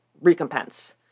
recompense